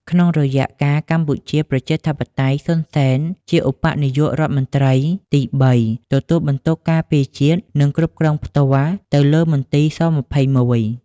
ក្នុងរយៈកាលកម្ពុជាប្រជាធិបតេយ្យ សុន សេន ជាឧបនាយករដ្ឋមន្ត្រីទីបី ទទួលបន្ទុកការពារជាតិ និងគ្រប់គ្រង់ផ្ទាល់ទៅលើមន្ទីរស២១។